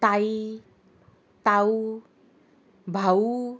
ताई तावू भावू